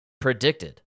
predicted